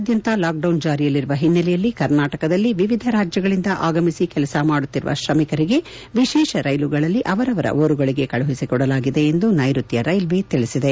ದೇಶಾದ್ಯಂತ ಲಾಕ್ಡೌನ್ ಜಾರಿಯಲ್ಲಿರುವ ಹಿನ್ನೆಲೆಯಲ್ಲಿ ಕರ್ನಾಟಕದಲ್ಲಿ ವಿವಿಧ ರಾಜ್ಯಗಳಿಂದ ಆಗಮಿಸಿ ಕೆಲಸ ಮಾಡುತ್ತಿರುವ ತ್ರಮಿಕರನ್ನು ವಿಶೇಷ ರೈಲುಗಳಲ್ಲಿ ಅವರವರ ಊರುಗಳಿಗೆ ಕಳುಹಿಸಿಕೊಡಲಾಗಿದೆ ಎಂದು ನೈರುತ್ವ ರೈಲ್ವೆ ತಿಳಿಸಿದೆ